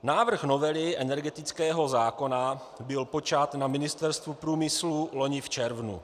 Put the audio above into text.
Návrh novely energetického zákona byl počat na Ministerstvu průmyslu loni v červnu.